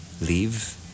leave